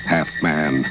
Half-man